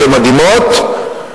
שהן מדהימות,